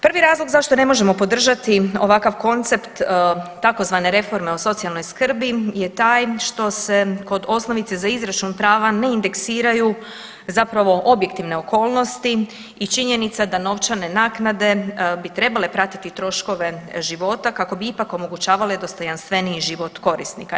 Prvi razlog zašto ne možemo podržati ovakav koncept tzv. reforme o socijalnoj skrbi je taj što se kod osnovice za izračun prava ne indeksiraju zapravo objektivne okolnosti i činjenica da novčane naknade bi trebale pratiti troškove života, kako bi ipak omogućavale dostojanstveniji život korisnika.